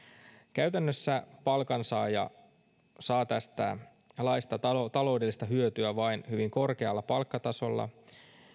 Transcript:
käytännössä palkansaaja saa tästä laista taloudellista hyötyä vain hyvin korkealla palkkatasolla